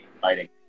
fighting